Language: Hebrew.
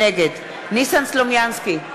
נגד ניסן סלומינסקי,